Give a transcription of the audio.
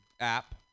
app